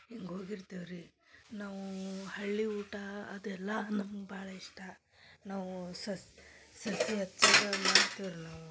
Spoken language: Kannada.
ಹಿಂಗೆ ಹೋಗಿರ್ತೇವೆ ರೀ ನಾವು ಹಳ್ಳಿ ಊಟ ಅದೆಲ್ಲ ನಮ್ಗೆ ಭಾಳ ಇಷ್ಟ ನಾವು ಸಸ್ ಸಸಿ ಹಚ್ಚಕ್ಕ ಮಾಡ್ತೇವೆ ನಾವು